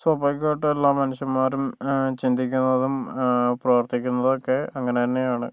സ്വാഭാവികമായിട്ടും എല്ലാം മനുഷ്യന്മാരും ചിന്തിക്കുന്നതും പ്രവർത്തിക്കുന്നതും ഒക്കെ അങ്ങനെ തന്നെ ആണ്